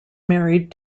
married